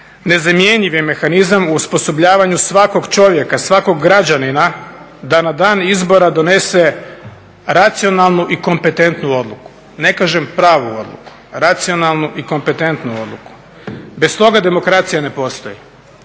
nezamjenjiv je mehanizam u osposobljavanju svakog čovjeka, svakog građanina da na dan izbora donese racionalnu i kompetentnu odluku. Ne kažem pravu odluku, racionalnu i kompetentnu odluku. Bez toga demokracija ne postoji.